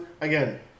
again